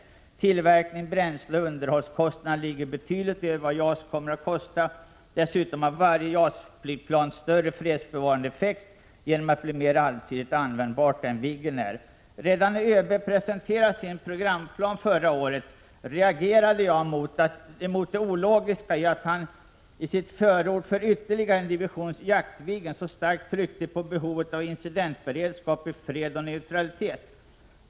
Kostnaderna för tillverkning, bränsle och underhåll ligger betydligt över vad JAS kommer att kosta. Dessutom har varje JAS-flygplan större fredsbevarande effekt genom att det blir mer allsidigt användbart än Viggen är. Redan när ÖB presenterade sin programplan förra året reagerade jag mot det ologiska i att han i sitt förord för en ytterligare division Jaktviggen så starkt tryckte på behovet av incidentberedskap i fred och neutralitet.